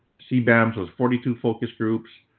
cbams was forty two focus groups.